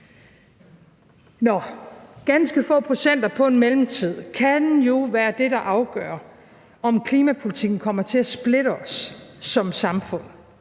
Ganske få procenter på en mellemtid kan jo være det, der afgør, om klimapolitikken kommer til at splitte os som samfund